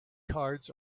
cards